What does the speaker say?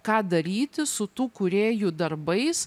ką daryti su tų kūrėjų darbais